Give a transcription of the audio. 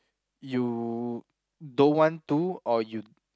you don't want to or you